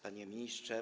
Panie Ministrze!